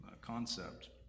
concept